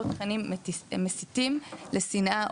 או תכנים מסיתים לשנאה,